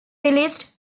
released